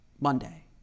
Monday